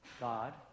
God